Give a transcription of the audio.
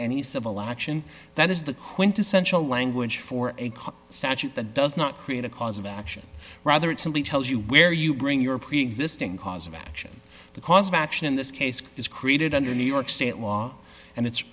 any civil action that is the quintessential language for a statute that does not create a cause of action rather it simply tells you where you bring your preexisting cause of action the cause of action in this case is created under new york state law and it's